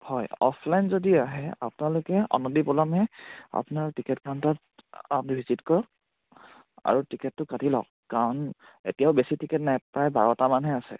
হয় অফলাইন যদি আহে আপোনালোকে অনতি পলমে আপোনাৰ টিকেট কাউণ্টাৰত আপুনি ভিজিট কৰক আৰু টিকেটটো কাটি লওক কাৰণ এতিয়াও বেছি টিকেট নাই প্ৰায় বাৰটামানহে আছে